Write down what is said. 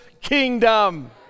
kingdom